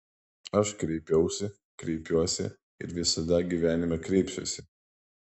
aš kreipiausi kreipiuosi ir visada gyvenime kreipsiuosi